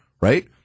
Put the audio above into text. right